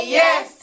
yes